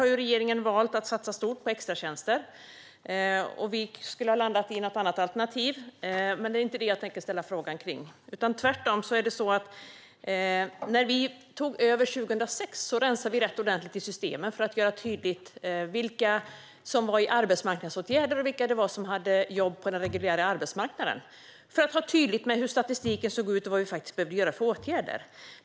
Där har regeringen valt att satsa stort på extratjänster. Vi skulle ha landat i något annat alternativ, men det är inte det jag tänker ställa frågan om. När vi tog över 2006 rensade vi rätt ordentligt i systemen för att göra tydligt vilka som var i arbetsmarknadsåtgärder och vilka som hade jobb på den reguljära arbetsmarknaden. Det handlade om att göra tydligt hur statistiken såg och vilka åtgärder vi behövde vidta.